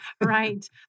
Right